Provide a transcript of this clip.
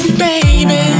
baby